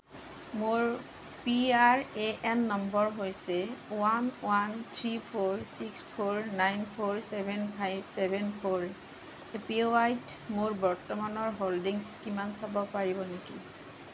মোৰ P R A N number হৈছে one one three four six four nine four seven five seven four A P ৱাইত মোৰ বৰ্তমানৰ holdings কিমান চাব পাৰিব নেকি